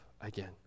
again